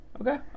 Okay